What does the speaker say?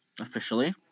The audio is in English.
Officially